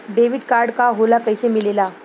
Debit card का होला कैसे मिलेला?